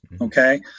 okay